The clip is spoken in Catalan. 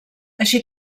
així